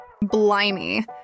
Blimey